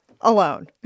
alone